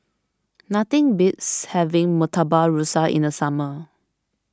nothing beats having Murtabak Rusa in the summer